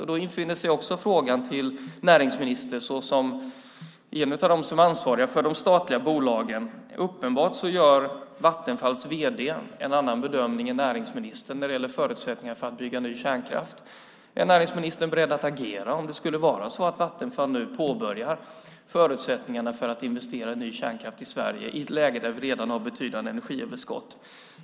Uppenbarligen gör Vattenfalls vd en annan bedömning än näringsministern när det gäller förutsättningar för att bygga ny kärnkraft. Då infinner sig frågan till näringsministern som en av dem som är ansvariga för de statliga bolagen: Är näringsministern beredd att agera om Vattenfall påbörjar förutsättningarna för att investera i ny kärnkraft i Sverige i ett läge där vi redan har ett betydande energiöverskott?